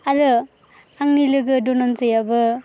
आरो आंनि लोगो धनन्जयआबो